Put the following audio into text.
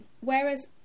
whereas